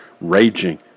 raging